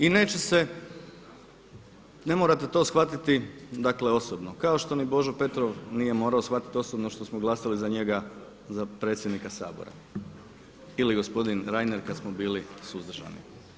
I neće se, ne morate to shvatiti dakle osobno, kao što ni Božo Petrov nije morao shvatiti osobno što smo glasali za njega za predsjednika Sabora ili gospodin Reiner kada smo bili suzdržani.